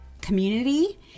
community